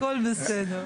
הכול בסדר.